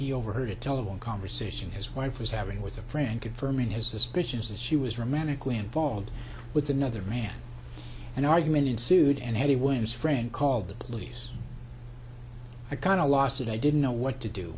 he overheard a telephone conversation his wife was having with a friend confirming his suspicions that she was romantically involved with another man an argument ensued and had it when his friend called the police a kind of lost it i didn't know what to do